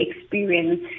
experience